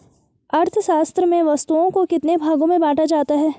अर्थशास्त्र में वस्तुओं को कितने भागों में बांटा जाता है?